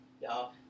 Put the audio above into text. y'all